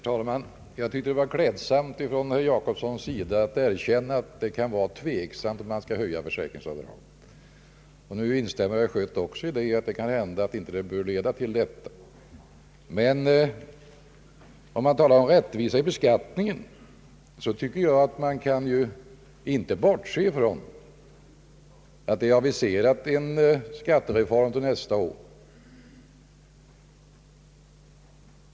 Herr talman! Jag tycker att det var klädsamt att herr Gösta Jacobsson erkände att det kan vara tveksamt om man skall höja försäkringsavdragen. Också herr Schött instämmer i att en översyn kanske inte bör leda till detta. Om man talar om rättvisa i beskattningen kan man enligt min mening inte bortse från att en skattereform har aviserats till nästa år.